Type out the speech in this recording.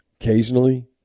Occasionally